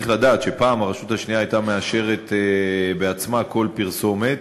צריך לדעת שפעם הרשות השנייה הייתה מאשרת בעצמה כל פרסומת.